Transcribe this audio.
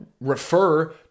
refer